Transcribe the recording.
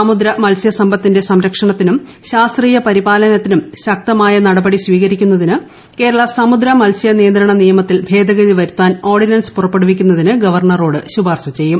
സമുദ്ര മത്സൃസമ്പത്തിന്റെ സംരക്ഷണത്തിനും ശാസ്ത്രീയ പരിപാലനത്തിനും ശക്തമായ നടപടി സ്വീകരിക്കുന്നതിന് കേരള സമുദ്രമത്സ്യനിയന്ത്രണ നിയമത്തിൽ ഭേദഗതിപ്പു വരുത്താൻ ഓർഡിനൻസ് പുറപ്പെടുവിക്കുന്നതിന് ഗവർണറോട് ശുഷ്യാർശ്ച് ചെയ്യും